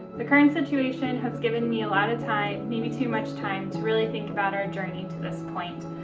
the current situation has given me a lot of time, maybe too much time, to really think about our journey to this point.